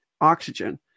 oxygen